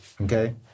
okay